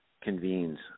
convenes